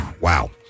Wow